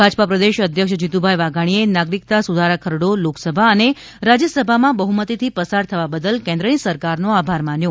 ભાજપા પ્રદેશ અધ્યક્ષ જીતુભાઈ વાધાણીએ નાગરિક્તા સુધારા ખરડા લોકસભા અને રાજ્યસભામાં બહ્મતીથી પસાર થવા બદલ કેન્દ્રની સરકારનો આભાર માન્યો